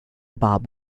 bob